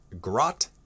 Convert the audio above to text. Grot